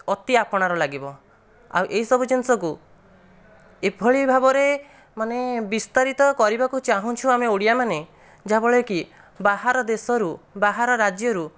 ଅତି ଆପଣାର ଲାଗିବ ଆଉ ଏହି ସବୁ ଜିନିଷକୁ ଏଭଳି ଭାବରେ ମାନେ ବିସ୍ତାରିତ କରିବାକୁ ଚାହୁଁଛୁ ଆମେ ଓଡ଼ିଆ ମାନେ ଯାହା ଫଳରେ କି ବାହାର ଦେଶରୁ ବାହାର ରାଜ୍ୟରୁ